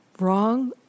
wrong